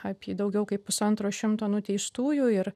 apie daugiau kaip pusantro šimto nuteistųjų ir